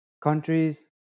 countries